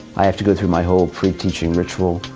i have to go through my whole pre-teaching ritual.